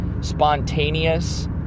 spontaneous